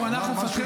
תאמין לי --- לא,